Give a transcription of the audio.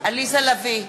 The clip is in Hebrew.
עליזה לביא,